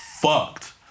Fucked